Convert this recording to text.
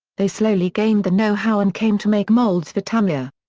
they slowly gained the know-how and came to make molds for tamiya.